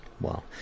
Wow